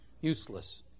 useless